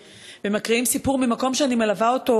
ומקריאים סיפור ממקום שאני מלווה אותו,